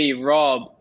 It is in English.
Rob